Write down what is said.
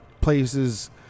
places